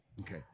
Okay